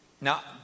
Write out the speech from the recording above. Now